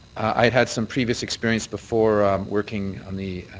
i'd had some previous experience before working on the